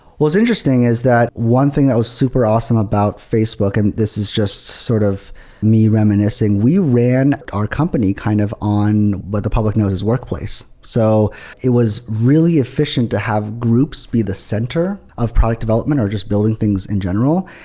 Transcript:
interesting is that one thing that was super awesome about facebook and this is just sort of me reminiscing, we ran our company kind of on what the public knows as workplace. so it was really efficient to have groups be the center of product development, or just building things in general.